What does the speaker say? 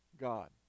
God